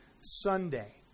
Sunday